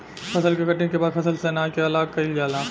फसल के कटनी के बाद फसल से अनाज के अलग कईल जाला